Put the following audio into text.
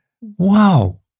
Wow